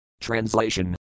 Translation